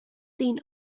seen